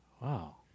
Wow